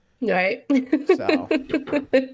Right